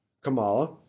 Kamala